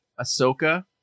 ahsoka